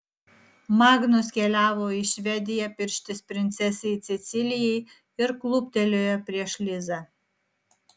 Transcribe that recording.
magnus keliavo į švediją pirštis princesei cecilijai ir klūpėjo prieš lizą